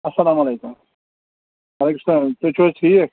اَسلامُ علیکُم وعلیکم سلام تُہۍ چھِو حظ ٹھیٖک